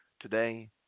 today